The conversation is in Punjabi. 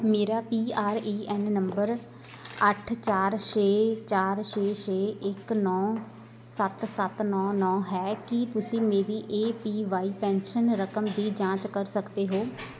ਮੇਰਾ ਪੀ ਆਰ ਏ ਐੱਨ ਨੰਬਰ ਅੱਠ ਚਾਰ ਛੇ ਚਾਰ ਛੇ ਛੇ ਇੱਕ ਨੌਂ ਸੱਤ ਸੱਤ ਨੌਂ ਨੌਂ ਹੈ ਕੀ ਤੁਸੀਂ ਮੇਰੀ ਏ ਪੀ ਵਾਈ ਪੈਨਸ਼ਨ ਰਕਮ ਦੀ ਜਾਂਚ ਕਰ ਸਕਦੇ ਹੋ